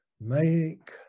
Make